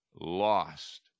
lost